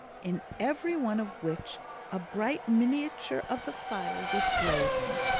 in every one of which a bright miniature of the fire was blazing.